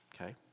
Okay